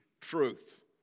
truth